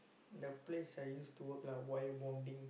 the place I used to work lah wire bonding